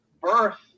birth